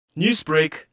Newsbreak